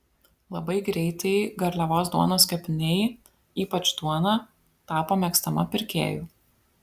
labai greitai garliavos duonos kepiniai ypač duona tapo mėgstama pirkėjų